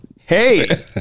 hey